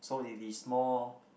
so it is more